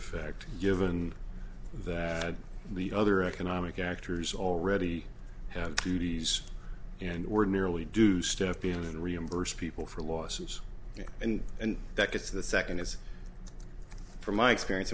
effect given that the other economic actors already had cuties and ordinarily do step in and reimburse people for losses and and that gets the second as from my experience